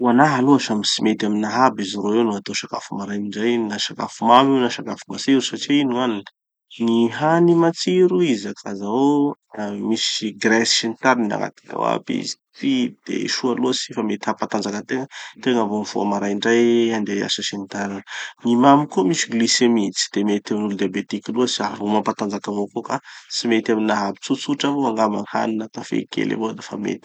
Hoanaha aloha samy tsy mety amianaha aby izy roa io no hatao sakafo maraindray io, na sakafo mamy io na sakafo mamy io na sakafo matsiro. satria ino gn'antony? Gny hany matsiro, izy zakà zahô, ah misy graisse sy ny tariny agnatiny ao aby izy. Tsy de soa loatsy fa mety hampatanjaky ategna, tegna vo mifoha maraindray handeha hiasa sy ny tariny. Gny mamy koa misy glucemie, tsy de mety amin'olo diabetiky loatsy ary mbo mampatanjaky avao koa ka tsy mety aminaha aby. Tsotsotra avao angamba gny hany, na kafe kely avao dafa mety.